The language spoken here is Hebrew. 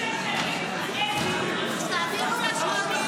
76 שנים אין דיון.